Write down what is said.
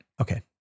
Okay